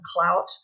clout